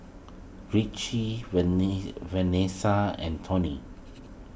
Ricci Venessa and Tony